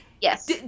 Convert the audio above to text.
Yes